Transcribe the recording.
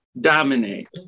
dominate